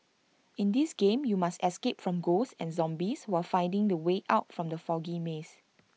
in this game you must escape from ghosts and zombies while finding the way out from the foggy maze